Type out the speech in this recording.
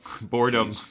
boredom